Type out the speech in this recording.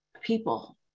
people